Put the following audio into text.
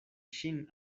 ŝin